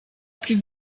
plus